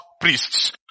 priests